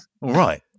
Right